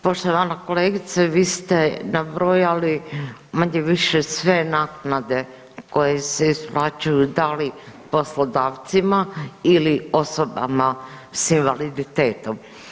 Poštovana kolegice, vi ste nabrojali manje-više sve naknade koje se isplaćuju da li poslodavcima ili osobama s invaliditetom.